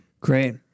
Great